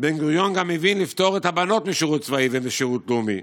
בן-גוריון גם הביא לפטור הבנות משירות צבאי ומשירות לאומי.